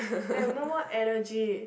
I have no more energy